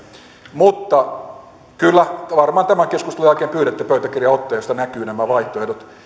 mutta kyllä varmaan tämän keskustelun jälkeen pyydätte pöytäkirjanotteen josta näkyvä nämä vaihtoehdot